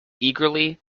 eagerly